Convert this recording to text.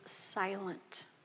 silent